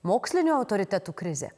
mokslinių autoritetų krizė